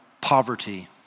poverty